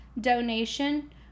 donation